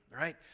right